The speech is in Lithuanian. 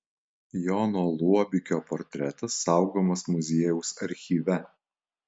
jono luobikio portretas saugomas muziejaus archyve